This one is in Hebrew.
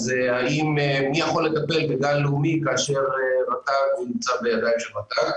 אז מי יכול לטפל בגן לאומי כאשר הוא נמצא בידיים של רט"ג?